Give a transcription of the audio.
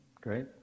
Great